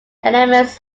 elements